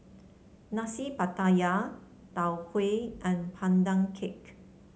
Nasi Pattaya Tau Huay and Pandan Cake